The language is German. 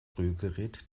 rührgerät